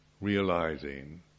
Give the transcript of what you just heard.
realizing